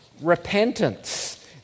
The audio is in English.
repentance